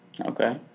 Okay